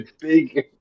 big